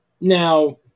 Now